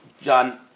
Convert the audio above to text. John